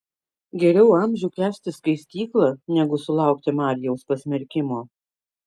geriau amžių kęsti skaistyklą negu sulaukti marijaus pasmerkimo